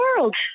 world